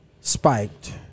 spiked